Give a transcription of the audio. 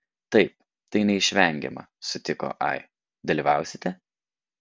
taip tai neišvengiama sutiko ai dalyvausite